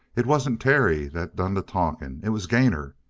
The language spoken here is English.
it wasn't terry that done the talking it was gainor.